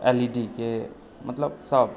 एलईडीके मतलब सब